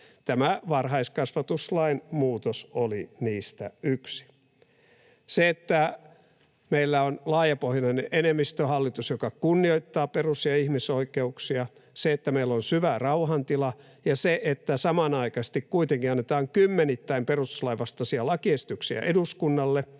Tämä varhaiskasvatuslain muutos oli niistä yksi. Se, että meillä on laajapohjainen enemmistöhallitus, joka kunnioittaa perus- ja ihmisoikeuksia, se, että meillä on syvä rauhan tila, ja se, että samanaikaisesti kuitenkin annetaan kymmenittäin perustuslain vastaisia lakiesityksiä eduskunnalle,